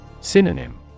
Synonym